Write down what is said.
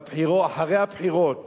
שאחרי הבחירות